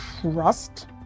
trust